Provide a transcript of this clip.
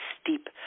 steep